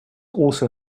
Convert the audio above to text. also